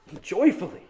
joyfully